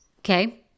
Okay